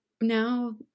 now